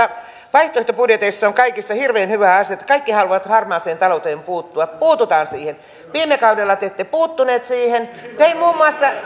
vaihtoehtobudjeteissa on kaikissa hirveän hyvä asia on se että kaikki haluavat harmaaseen talouteen puuttua puututaan siihen viime kaudella te ette puuttuneet siihen tein muun muassa